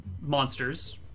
monsters